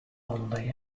only